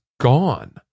gone